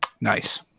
Nice